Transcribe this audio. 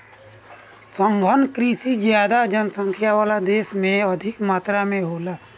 सघन कृषि ज्यादा जनसंख्या वाला देश में अधिक मात्रा में होला